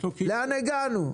לאן הגענו?